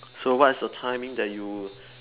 so what's the timing that you